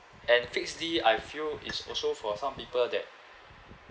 and fixed D I feel is also for some people that